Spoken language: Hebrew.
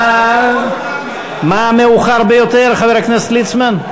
מה המאוחר ביותר, חבר הכנסת ליצמן?